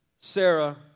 Sarah